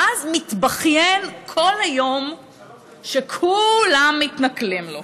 ואז מתבכיין כל היום שכולם מתנכלים לו.